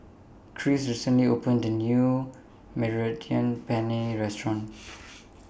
Krish recently opened A New Mediterranean Penne Restaurant